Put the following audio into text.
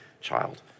child